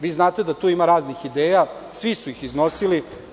Vi znate da tu ima raznih ideja, svi su ih iznosili.